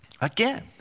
Again